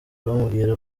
bamubwira